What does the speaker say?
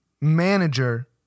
manager